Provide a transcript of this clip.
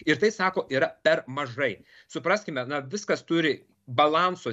ir tai sako yra per mažai supraskime na viskas turi balanso